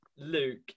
Luke